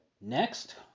Next